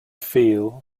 feel